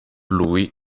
lui